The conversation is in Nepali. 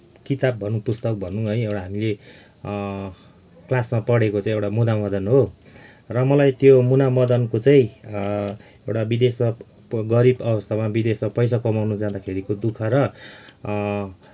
किताब भनु पुस्तक भनु है एउटा हामीले क्लासमा पढे्को चाहिँ एउटा मुनामदन हो र मलाई त्यो मुनामदनको चाहिँ एउटा विदेशमा गरीब अवस्था विदेशमा पैसा कमाउनु जाँदाखेरिको दुःख र